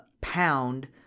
pound